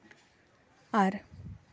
ᱟᱨ